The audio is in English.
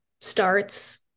starts